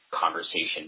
conversation